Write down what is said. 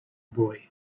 boy